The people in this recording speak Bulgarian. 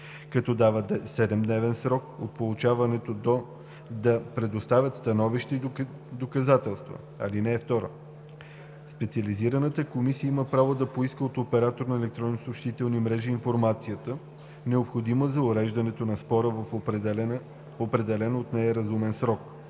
като дава 7-дневен срок от получаването да предоставят становище и доказателства. (2) Специализираната комисия има право да поиска от оператор на електронна съобщителна мрежа информацията, необходима за уреждането на спора в определен от нея разумен срок.